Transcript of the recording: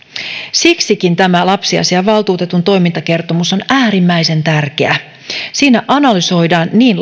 siksikin tämä lapsiasiainvaltuutetun toimintakertomus on äärimmäisen tärkeä siinä analysoidaan niin